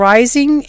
Rising*